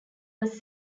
was